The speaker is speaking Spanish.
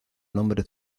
nombre